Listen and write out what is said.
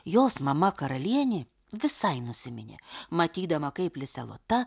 jos mama karalienė visai nusiminė matydama kaip lisė lota